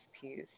piece